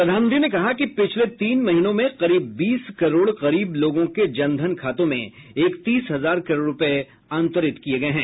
प्रधानमंत्री ने कहा कि पिछले तीन महीनों में करीब बीस करोड़ गरीब लोगों के जनधन खातों में इकतीस हजार करोड रुपए अंतरित किए गए हैं